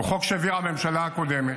הוא חוק שהעבירה הממשלה הקודמת.